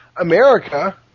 America